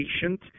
patient